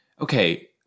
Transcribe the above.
Okay